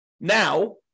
now